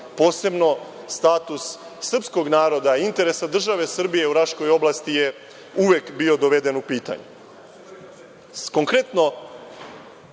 posebno status srpskog naroda, interesa države Srbije u Raškoj oblasti je uvek bio doveden u